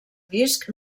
disc